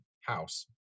House